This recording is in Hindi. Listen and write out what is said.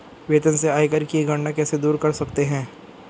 वेतन से आयकर की गणना कैसे दूर कर सकते है?